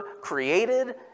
created